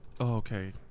Okay